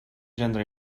gendre